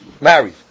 married